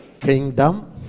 Kingdom